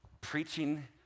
preaching